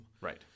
Right